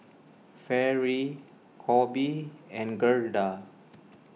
Fairy Coby and Gerda